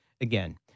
again